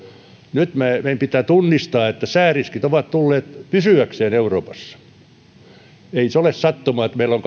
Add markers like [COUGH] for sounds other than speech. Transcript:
nyt meidän pitää tunnistaa että sääriskit ovat tulleet pysyäkseen eurooppaan ei se ole sattumaa että meillä on [UNINTELLIGIBLE]